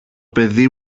παιδί